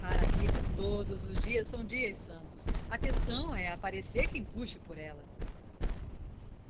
a rita todos os dias são dias santos a questão é aparecer quem puxe por ela